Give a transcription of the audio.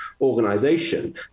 organization